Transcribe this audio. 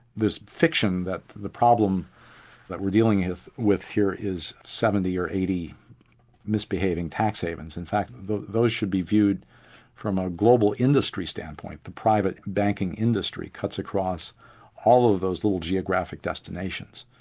this fiction that the problem that we're dealing with with here is seventy or eighty misbehaving tax havens, in fact those should be viewed from a global industry standpoint, the private banking industry cuts across all of those little geographic destinations,